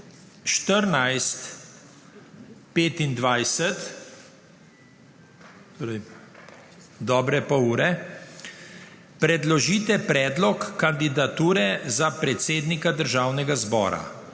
ure, predložite predlog kandidature za predsednika Državnega zbora.